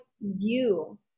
view